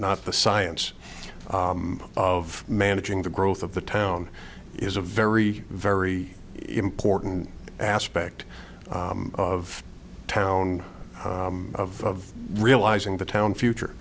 not the science of managing the growth of the town is a very very important aspect of town of realizing the town future